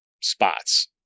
spots